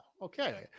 Okay